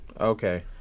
Okay